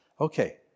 Okay